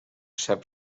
sap